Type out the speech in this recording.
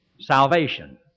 Salvation